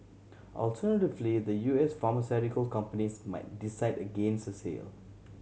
alternatively the U S pharmaceutical company might decide against a sale